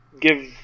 give